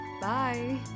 bye